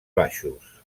baixos